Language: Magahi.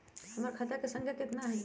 हमर खाता के सांख्या कतना हई?